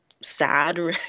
sad